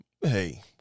Hey